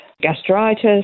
gastritis